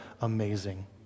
amazing